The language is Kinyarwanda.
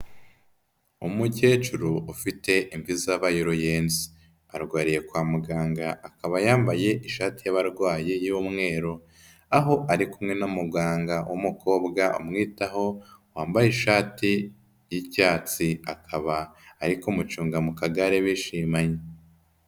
Umukecuru ufite imvi zabaye uruyenzi, arwariye kwa muganga, akaba yambaye ishati y'abarwaye y'umweru, aho ari kumwe na muganga w'umukobwa umwitaho wambaye ishati y'icyatsi, akaba ari kumucunga mu kagare bishimanye.